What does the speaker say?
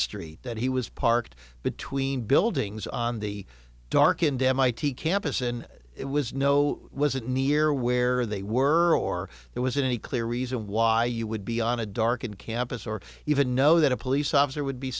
street that he was parked between buildings on the dark indemnity campus and it was no was it near where they were or there was any clear reason why you would be on a darkened campus or even know that a police officer would be